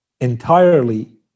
entirely